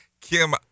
Kim